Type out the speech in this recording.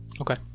Okay